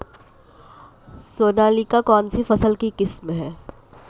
सोनालिका कौनसी फसल की किस्म है?